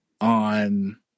on